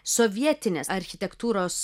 sovietinės architektūros